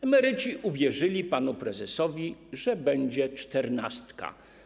Emeryci uwierzyli panu prezesowi, że będzie czternastka.